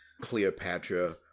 Cleopatra